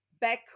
back